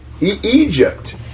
Egypt